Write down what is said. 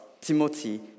Timothy